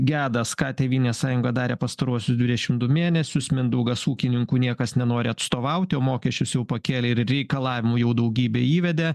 gedas ką tėvynės sąjunga darė pastaruosius dvidešimt du mėnesius mindaugas ūkininkų niekas nenori atstovauti mokesčius jau pakėlė ir reikalavimų jau daugybė įvedė